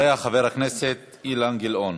אחריה, חבר הכנסת אילן גילאון.